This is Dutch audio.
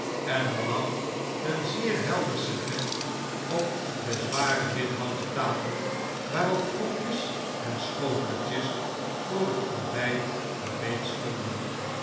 en er lag een zeer helder servet op de zware withouten tafel waarop kopjes en schoteltjes voor het ontbjjt gereed stonden